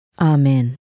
Amen